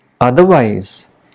Otherwise